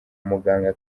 muganga